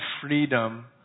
freedom